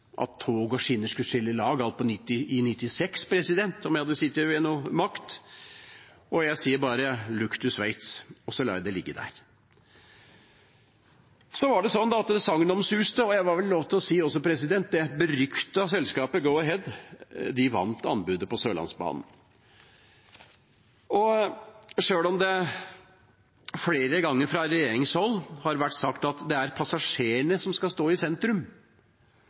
at tog og skinner skulle skille lagt alt i 1996, om jeg hadde sittet med makt, og jeg sier bare: «Look to Sveits». Så lar jeg det ligge der. Det sagnomsuste og – jeg må vel også ha lov til å si – beryktede selskapet Go-Ahead vant anbudet på Sørlandsbanen. Sjøl om det flere ganger fra regjeringshold har vært sagt at det er passasjerene som skal stå i sentrum,